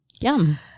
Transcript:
yum